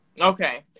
Okay